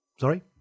Sorry